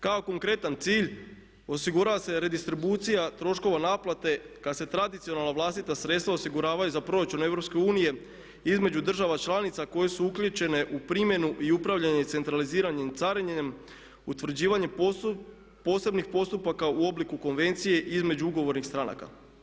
Kao konkretan cilj osigurava se redistribucija troškova naplate kada se tradicionalna vlastita sredstva osiguravaju za proračun EU između država članica koje su uključene u primjenu i upravljanje centraliziranim carinjenjem, utvrđivanjem posebnih postupaka u obliku konvencije između ugovornih stranaka.